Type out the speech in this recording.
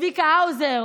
גזענית קיצונית.